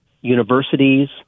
universities